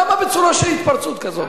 למה בצורה של התפרצות כזאת?